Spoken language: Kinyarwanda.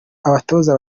abatoza